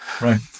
right